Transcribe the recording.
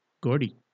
Gordy